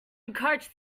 encouraged